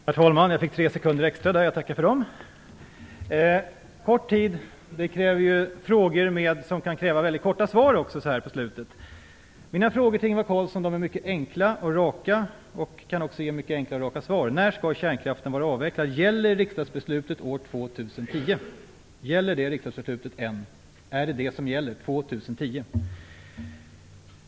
Herr talman! Jag har kort tid till mitt förfogande, och det kräver korta frågor som kan få korta svar, så här i slutet av debatten. Mina frågor till Ingvar Carlsson är mycket enkla och raka och kan också ge mycket enkla och raka svar. För det första: När skall kärnkraften vara avvecklad? Gäller riksdagsbeslutet om avveckling år 2010?